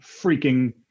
freaking